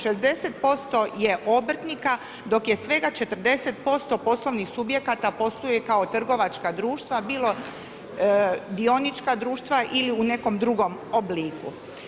60% je obrtnika dok je svega 40% poslovnih subjekata posluje kao trgovačka društva, bilo dionička društva ili u nekom drugom obliku.